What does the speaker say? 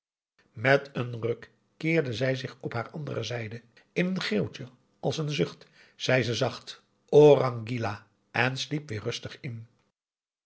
met een ruk keerde zij zich op haar andere zijde in een geeuwtje als n zucht zei ze zacht orang gila en sliep weer rustig in